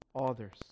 others